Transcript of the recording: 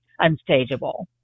unstageable